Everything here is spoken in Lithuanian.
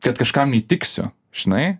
kad kažkam įtiksiu žinai